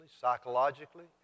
psychologically